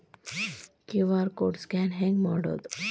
QR code scan ಹೆಂಗ್ ಮಾಡೋದು?